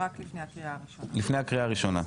הישיבה נעולה.